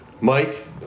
Mike